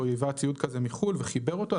או ייבא ציוד כזה מחו"ל וחיבר אותו,